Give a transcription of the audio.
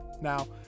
Now